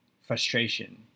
frustration